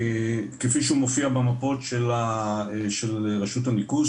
כפי שהוא מופיע במפות של רשות הניקוז,